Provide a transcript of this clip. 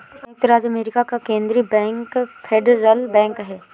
सयुक्त राज्य अमेरिका का केन्द्रीय बैंक फेडरल बैंक है